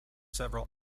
several